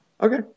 Okay